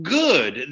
good